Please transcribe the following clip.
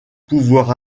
pouvoir